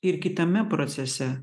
ir kitame procese